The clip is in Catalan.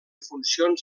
funcions